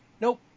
nope